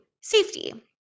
Safety